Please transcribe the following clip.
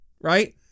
right